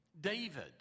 David